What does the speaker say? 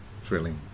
Thrilling